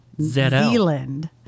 Zealand